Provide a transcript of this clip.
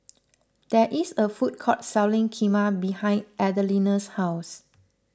there is a food court selling Kheema behind Adelina's house